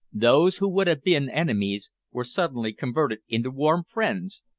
those who would have been enemies were suddenly converted into warm friends,